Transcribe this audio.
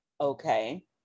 okay